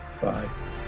Bye